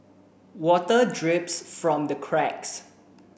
water drips from the cracks